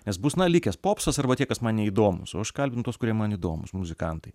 nes bus na likęs popsas arba tie kas man neįdomūs o aš kalbinu tuos kurie man įdomūs muzikantai